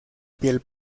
piel